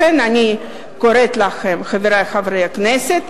לכן אני קוראת לכם, חברי חברי הכנסת,